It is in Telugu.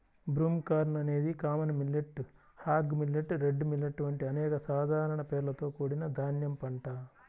బ్రూమ్కార్న్ అనేది common millet, hog millet, red millet వంటి అనేక సాధారణ పేర్లతో కూడిన ధాన్యం పంట